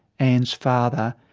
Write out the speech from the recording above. anne's father,